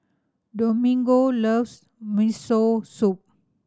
Domingo loves Miso Soup